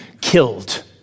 killed